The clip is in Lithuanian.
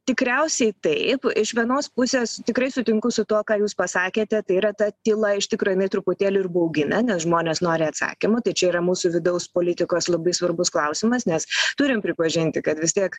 tikriausiai taip iš vienos pusės tikrai sutinku su tuo ką jūs pasakėte tai yra ta tyla iš tikro jinai truputėlį ir baugina nes žmonės nori atsakymų tai čia yra mūsų vidaus politikos labai svarbus klausimas nes turim pripažinti kad vis tiek